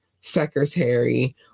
secretary